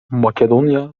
makedonya